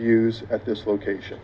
views at this location